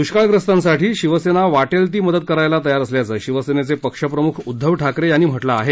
दुष्काळग्रस्तांसाठी शिवसेना वाटेल ती मदत करायला तयार असल्याचं शिवसेना पक्षप्रमुख उद्धव ठाकरे यांनी म्हटलं आहे